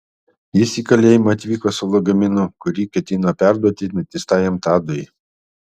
jis į kalėjimą atvyko su lagaminu kuri ketino perduoti nuteistajam tadui